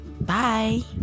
bye